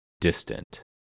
distant